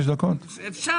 אפשר.